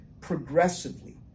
progressively